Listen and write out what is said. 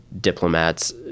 diplomats